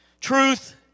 Truth